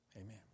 Amen